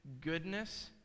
goodness